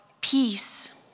peace